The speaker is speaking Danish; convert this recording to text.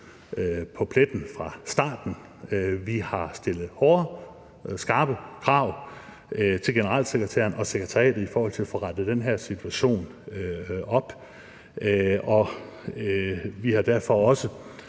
på pletten fra start; vi har stillet hårde, skarpe krav til generalsekretæren og sekretariatet i forhold til at få rettet op på den her situation. Derfor har